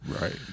Right